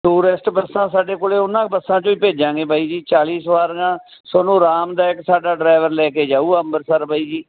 tourist ਬੱਸਾਂ ਸਾਡੇ ਕੋਲ ਉਹਨਾਂ ਬੱਸਾਂ ਚੋਂ ਹੀ ਭੇਜਾਂਗੇ ਬਾਈ ਜੀ ਚਾਲੀ ਸਵਾਰੀਆਂ ਤੁਹਾਨੂੰ ਅਰਾਮਦਾਇਕ ਸਾਡਾ ਡਰਾਈਵਰ ਲੈ ਕੇ ਜਾਊਗਾ ਅੰਮ੍ਰਿਤਸਰ ਬਾਈ ਜੀ